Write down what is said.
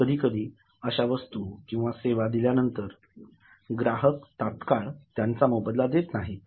कधीकधी अश्या वस्तू किंवा सेवा दिल्यानंतर ग्राहक तात्काळ त्यांचा मोबदला देत नाहीत